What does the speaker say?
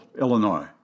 Illinois